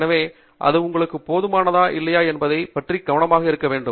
எனவே இது உங்களுக்கு போதுமானதா இல்லையா என்பதைப் பற்றி கவனமாக இருக்க வேண்டும்